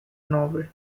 norway